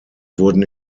wurden